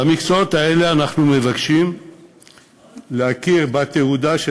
במקצועות האלה אנחנו מבקשים להכיר בתעודה,